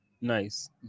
Nice